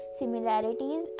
similarities